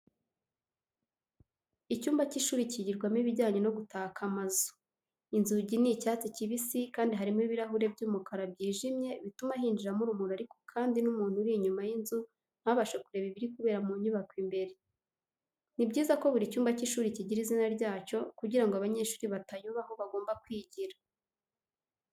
Icyumba cy'ishuri cyigirwamo ibijyanye no gutaka amazu. Inzugi ni icyatsi kibisi kandi harimo ibirahure by'umukara byijimye bituma hinjiramo urumuri ariko kandi n'umuntu uri inyuma y'inzu ntabashe kureba ibiri kubera mu nyubako imbere. Ni byiza ko buri cyumba cy'ishuri kigira izina ryacyo kugira ngo abanyeshuri batayoba aho bagomba kwigira.